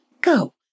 go